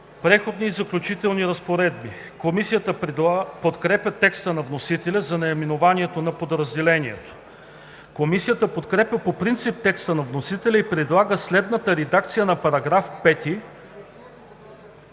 „Преходни и заключителни разпоредби“. Комисията подкрепя текста на вносителя за наименованието на подразделението. Комисията подкрепя по принцип текста на вносителя и предлага следната редакция на § 5…